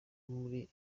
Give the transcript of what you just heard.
muri